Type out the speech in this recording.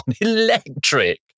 electric